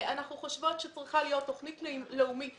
אנחנו חושבות שצריכה להיות תוכנית לאומית